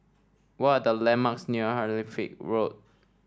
what are the landmarks near Halifax Road